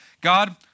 God